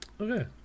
Okay